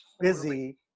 busy –